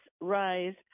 rise